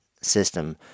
system